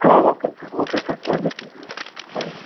ah okay sir okay sir thank you sir thanks